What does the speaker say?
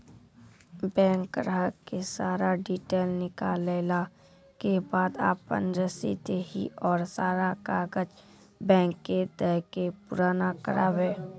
Bank ग्राहक के सारा डीटेल निकालैला के बाद आपन रसीद देहि और सारा कागज बैंक के दे के पुराना करावे?